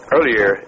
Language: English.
Earlier